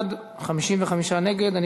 במזונות מהעבודה שלה בחישוב ההכנסות שלה לשם